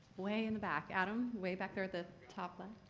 way in the back. adam, way back there at the top left.